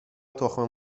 تخم